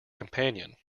companion